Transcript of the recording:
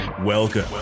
Welcome